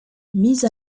mis